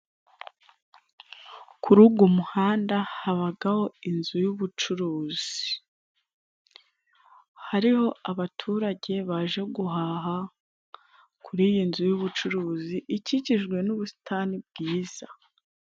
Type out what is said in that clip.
Kurugu muhanda habagaho inzu y'ubucuruzi. Hariho abaturage baje guhaha kuri iyi nzu y'ubucuruzi ikikijwe n'ubusitani bwiza.